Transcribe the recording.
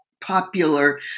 popular